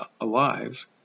alive